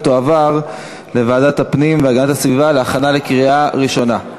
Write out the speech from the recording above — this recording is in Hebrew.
ותועבר לוועדת הפנים והגנת הסביבה להכנה לקריאה ראשונה.